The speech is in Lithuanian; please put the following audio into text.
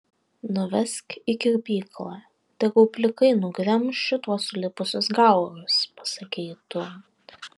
nuvesk į kirpyklą tegul plikai nugremš šituos sulipusius gaurus pasakei tu